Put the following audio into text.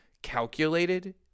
Calculated